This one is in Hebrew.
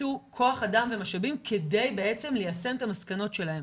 יקצו כוח אדם ומשאבים כדי ליישם את המסקנות שלהם.